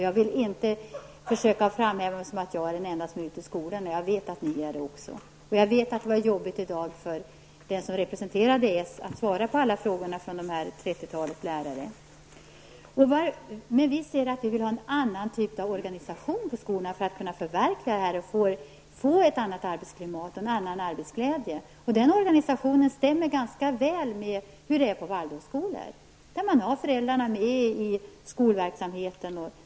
Jag vill inte försöka påstå att det är bara är jag som är på skolorna. Jag vet att även ni socialdemokrater är där. Jag vet att det var jobbigt för den som representerade socialdemokraterna i dag att svara på alla dessa frågor från trettiotalet lärare vid en utfrågning. Vi i miljöpartiet ser att Ewa Hedkvist Petersen vill ha en annan typ av organisation för att kunna förverkliga målen för att få ett annat arbetsklimat och en annan arbetsglädje. Organisationen stämmer väl med hur det är på Waldorfskolor. Där är föräldrarna med i skolverksamheten.